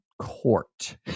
court